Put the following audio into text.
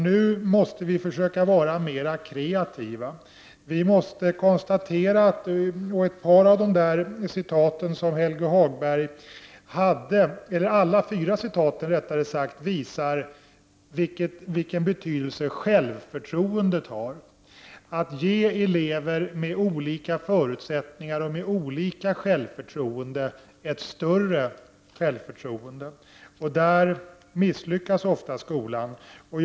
Nu måste vi försöka vara mera kreativa. Helge Hagbergs fyra citat visar vilken betydelse självförtroendet har. Det gäller att ge elever med olika förutsättningar och med olika självförtroende ett större självförtroende, och där misslyckas skolan ofta.